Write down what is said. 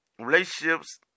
relationships